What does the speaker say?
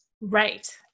Right